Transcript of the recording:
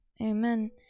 Amen